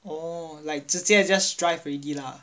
oh like 直接 just drive already lah